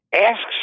asks